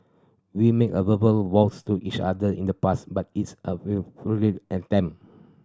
we made a verbal vows to each other in the past but it's a well fully attempt